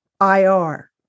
IR